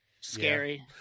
scary